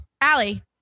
Allie